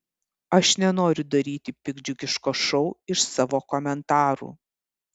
aš nenoriu daryti piktdžiugiško šou iš savo komentarų